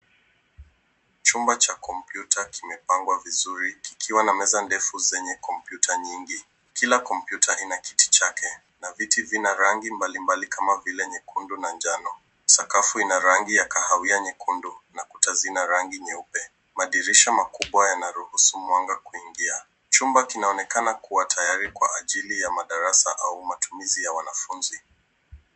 Chumba cha kompyuta kimepangwa vizuri kikiwa na meza ndefu zenye kompyuta nyingi. Kila kompyuta ina kiti chake na viti vina rangi mbalimbali kama vile nyekundu na njano. Sakafu ina rangi ya kahawia nyekundu na kuta zina rangi nyeupe. Madirisha makubwa yana ruhusu mwanga kuingia. Chumba kinaonekana kuwa tayari kwa ajili ya madarasa au matumizi ya wanafunzi.